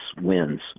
wins